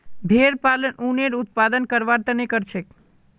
भेड़ पालन उनेर उत्पादन करवार तने करछेक